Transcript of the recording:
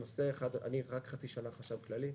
אני רק חצי שנה חשב כללי.